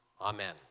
Amen